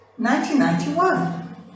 1991